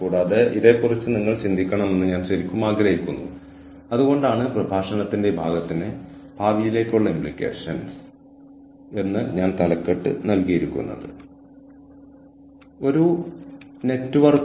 കൂടാതെ ഞാൻ പരാമർശിച്ച മറ്റൊരു പേപ്പർ ജിയാങ് ടേക്യുച്ചിയും ലെപാക്കും ആണ്